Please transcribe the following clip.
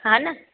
हा ना